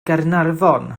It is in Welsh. gaernarfon